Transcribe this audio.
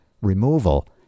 removal